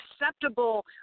acceptable